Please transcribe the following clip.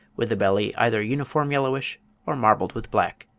with the belly either uniform yellowish or marbled with black.